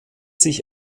sich